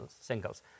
singles